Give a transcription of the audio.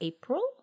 April